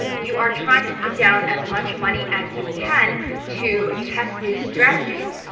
you are trying to put down as much money as you can to test new strategies.